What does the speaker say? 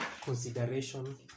consideration